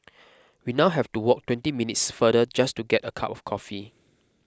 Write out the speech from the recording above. we now have to walk twenty minutes farther just to get a cup of coffee